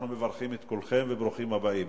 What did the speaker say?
אנחנו מברכים את כולכם וברוכים הבאים.